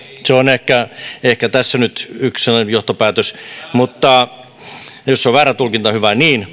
se on ehkä ehkä tässä nyt yksi sellainen johtopäätös jos se on väärä tulkinta hyvä niin